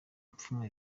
pfunwe